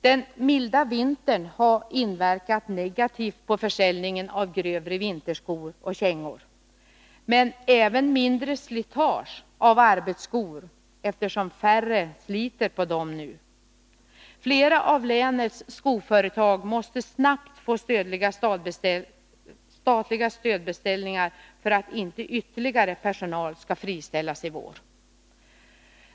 Den milda vintern har inverkat negativt på försäljningen av grövre vinterskor och kängor. Men den har även medfört mindre slitage av arbetsskor, eftersom färre sliter på dem nu. Flera av länets skoföretag måste snabbt få statliga stödbeställningar för att inte ytterligare personal skall friställas i vår.